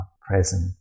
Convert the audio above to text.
present